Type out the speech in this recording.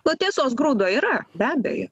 no tiesos grūdo yra be abejo